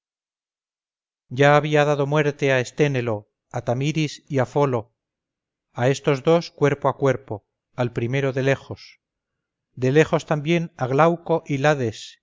ya había dado muerte a esténelo a tamiris y a folo a estos dos cuerpo a cuerpo al primero de lejos de lejos también a glauco y lades